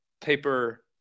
paper